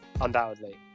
undoubtedly